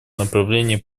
направлении